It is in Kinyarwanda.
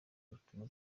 butumwa